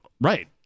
Right